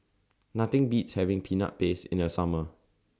Nothing Beats having Peanut Paste in The Summer